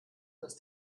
dass